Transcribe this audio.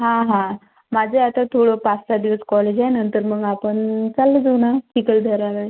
हां हां माझे आता थोडं पाचसहा दिवस कॉलेज आहे नंतर मग आपण चाललो जाऊ ना चिकलदऱ्याला